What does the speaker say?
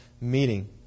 meeting